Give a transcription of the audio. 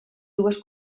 dues